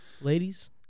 Ladies